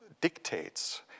dictates